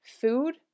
food